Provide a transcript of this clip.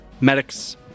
medics